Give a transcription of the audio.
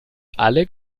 alle